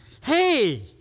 Hey